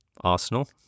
Arsenal